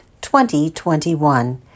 2021